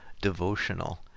devotional